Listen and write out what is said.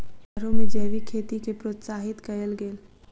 समारोह में जैविक खेती के प्रोत्साहित कयल गेल